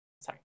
sorry